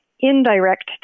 indirect